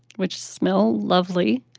which smell lovely,